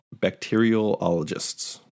bacteriologists